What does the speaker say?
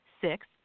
six